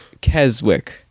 keswick